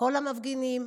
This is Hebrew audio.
כל המפגינים.